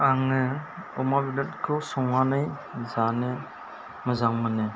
आंनो अमा बेदरखौ संनानै जानो मोजां मोनो